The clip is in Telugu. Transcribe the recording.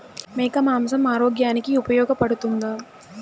మేక మాంసం ఆరోగ్యానికి ఉపయోగపడుతుందా?